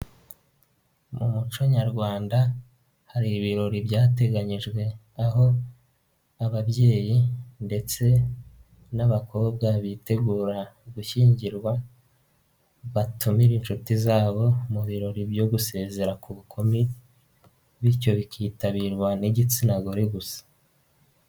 Mu muco nyarwanda hari ibirori byateganyijwe aho ababyeyi ndetse n'abakobwa bitegura gushyingirwa batumira inshuti zabo mu birori byo gusezera ku bukumi bityo bikitabirwa n'igitsina gore gusa.